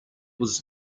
was